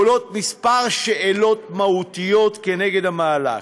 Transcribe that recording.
עולות כמה שאלות מהותיות כנגד המהלך: